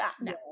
no